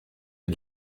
est